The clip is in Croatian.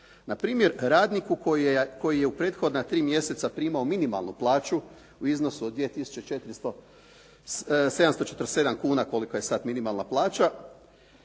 Na primjeru radniku koji je u prethodna tri mjeseca primao minimalnu plaću u iznosu od 2747 kuna kolika je sad minimalna plaća